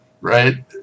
right